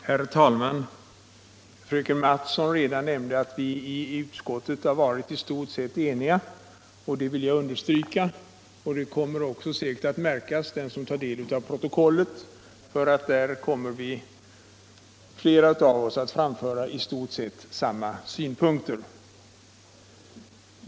Herr talman! Fröken Mattson har redan nämnt att vi i utskottet har varil i stort sett eniga, och det vill jag understryka. Det kommer f. ö. säkert att framgå av protokollet. Flera av oss kommer där att framföra i stort sett samma synpunkter.